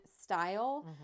style